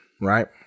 Right